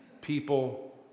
people